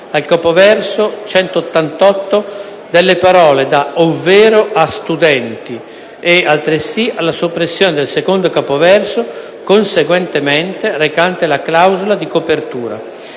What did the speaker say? al capoverso: «188.» delle parole da: «ovvero» a: «studenti» e, altresı, alla soppressione del secondo capoverso: «Conseguentemente», recante la clausola di copertura.